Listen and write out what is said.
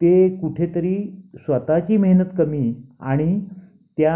ते कुठे तरी स्वत ची मेहनत कमी आणि त्या